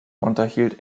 unterhielt